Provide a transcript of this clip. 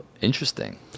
Interesting